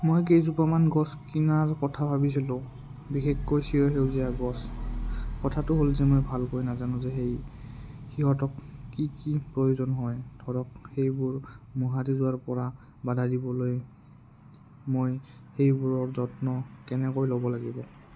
মই কেইজোপামান গছ কিনাৰ কথা ভাবিছিলোঁ বিশেষকৈ চিৰসেউজীয়া গছ কথাটো হ'ল যে মই ভালকৈ নাজানো যে সেই সিহঁতক কি কি প্ৰয়োজন হয় ধৰক সেইবোৰ মৰহি যোৱাৰপৰা বাধা দিবলৈ মই সেইবোৰৰ যত্ন কেনেকৈ ল'ব লাগিব